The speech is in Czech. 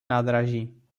nádraží